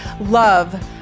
love